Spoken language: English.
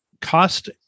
cost